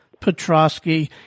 Petrosky